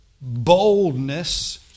boldness